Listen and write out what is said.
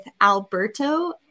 Alberto